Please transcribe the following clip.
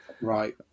Right